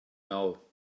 now